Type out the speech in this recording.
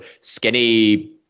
skinny